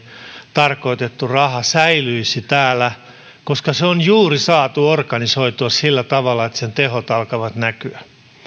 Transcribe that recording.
tarkoitettu raha säilyisi täällä koska se on juuri saatu organisoitua sillä tavalla että sen tehot alkavat näkyä